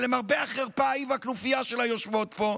שלמרבה החרפה היא והכנופיה שלה יושבות פה,